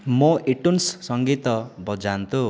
ମୋ' ଆଇଟୁନ୍ସ ସଙ୍ଗୀତ ବଜାନ୍ତୁ